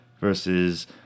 versus